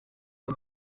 iyo